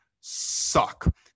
suck